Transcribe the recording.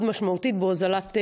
יוזמה מאוד מבורכת.